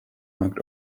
marked